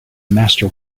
master